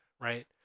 right